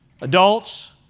adults